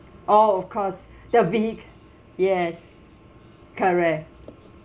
oh of course the vehic~ yes correct